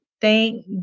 Thank